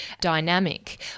dynamic